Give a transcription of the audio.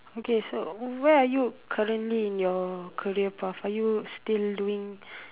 okay so where are you currently in your career path are you still doing